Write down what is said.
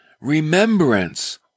remembrance